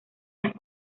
las